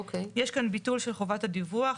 יש כאן ביטול של חובת הדיווח.